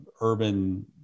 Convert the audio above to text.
urban